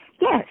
Yes